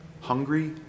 Hungry